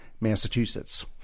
Massachusetts